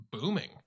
booming